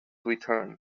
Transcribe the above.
return